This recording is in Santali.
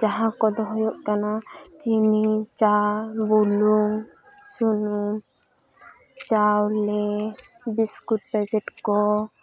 ᱡᱟᱦᱟᱸ ᱠᱚᱫᱚ ᱦᱩᱭᱩᱜ ᱠᱟᱱᱟ ᱪᱤᱱᱤ ᱪᱟ ᱵᱩᱞᱩᱝ ᱥᱩᱱᱩᱢ ᱪᱟᱣᱞᱮ ᱵᱤᱥᱠᱩᱴ ᱯᱮᱠᱮᱴ ᱠᱚ